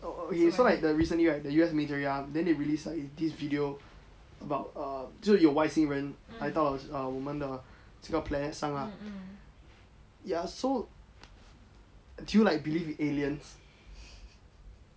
so like the recently right the U_S misery ah then they release like this video about err 就是有外星人来到额我们的这个 plannet 上啊 ya so do you believe like in aliens